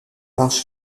large